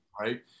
right